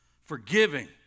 forgiving